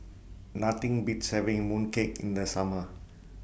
Nothing Beats having Mooncake in The Summer